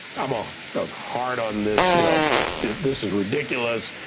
i'm a, i was hard on this, you know this is ridiculous,